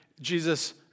Jesus